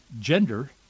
gender